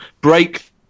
break